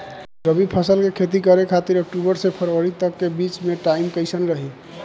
रबी फसल के खेती करे खातिर अक्तूबर से फरवरी तक के बीच मे टाइम कैसन रही?